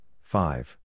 five